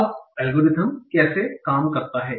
अब एल्गोरिथ्म कैसे काम करता है